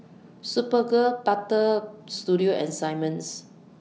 Superga Butter Studio and Simmons